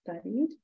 studied